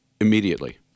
immediately